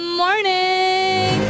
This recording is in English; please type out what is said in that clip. morning